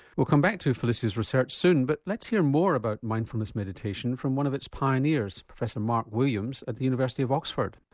we'll come back to felicia's research soon but let's hear more about mindfulness meditation from one of its pioneers, professor mark williams from the university of oxford.